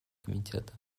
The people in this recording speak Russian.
комитета